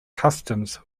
customs